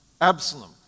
Absalom